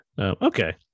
Okay